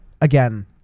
again